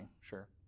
sure